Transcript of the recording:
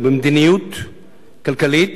ומדיניות כלכלית